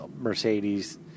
Mercedes